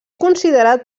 considerat